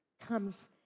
comes